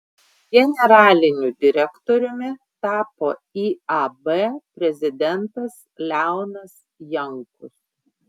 generaliniu direktoriumi tapo iab prezidentas leonas jankus